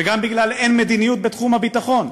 וגם בגלל האין-מדיניות בתחום הביטחון,